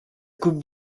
coupe